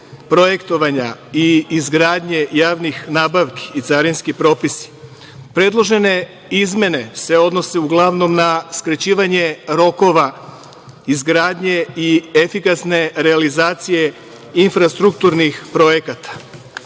projektovanja i izgradnje javnih nabavki i carinski propisi. Predložene izmene se odnose uglavnom na skraćivanje rokova izgradnje i efikasne realizacije infrastrukturnih projekata. Bivša